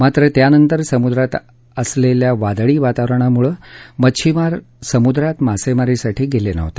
मात्र त्यानंतर समुद्रात असलेल्या वादळी वातावरणामुळे मच्छीमार समुद्रात मासेमारीसाठी गेले नव्हते